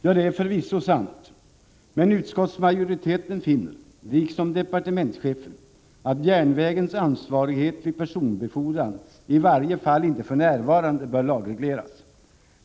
Ja, det är förvisso sant, men utskottsmajoriteten finner — liksom departementschefen — att järnvägens ansvarighet vid personbefordran i varje fall inte för närvarande bör lagregleras.